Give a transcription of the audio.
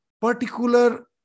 particular